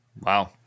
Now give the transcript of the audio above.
Wow